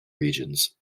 regions